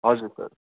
हजुर सर